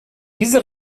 diese